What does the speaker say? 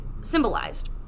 symbolized